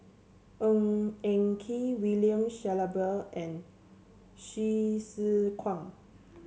Ng Eng Kee William Shellabear and Hsu Tse Kwang